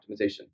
Optimization